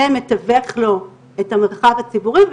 ומתווך לו את המרחב הציבורי,